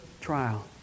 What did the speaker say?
trial